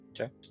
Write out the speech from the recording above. Okay